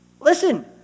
Listen